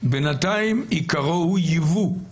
בינתיים עיקרו הוא ייבוא,